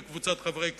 וקבוצת חברי הכנסת,